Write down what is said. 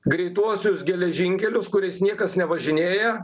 greituosius geležinkelius kuriais niekas nevažinėja